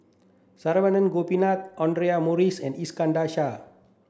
Saravanan Gopinathan Audra Morrice and Iskandar Shah